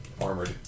Armored